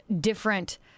different